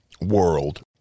world